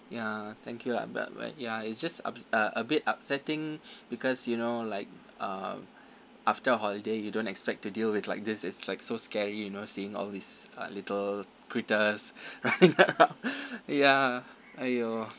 ya thank you lah but but ya it's just ups~ uh a bit upsetting because you know like uh after a holiday you don't expect to deal with like this it's like so scary you know seeing all these uh little critters running around ya !aiyo!